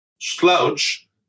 slouch